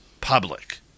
public